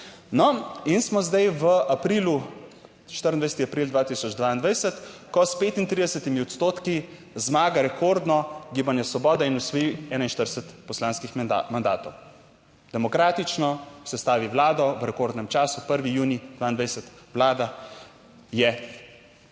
No, in smo zdaj v aprilu. 24. april 2022, ko s 35 odstotki zmaga rekordno Gibanje Svoboda in osvoji 41 poslanskih mandatov. Demokratično sestavi vlado v rekordnem času 1. junij 2022, vlada je